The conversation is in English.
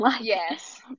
Yes